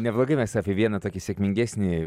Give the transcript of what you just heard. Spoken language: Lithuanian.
neblogai mes apie vieną tokį sėkmingesnį